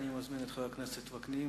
אני מזמין את חבר הכנסת יצחק וקנין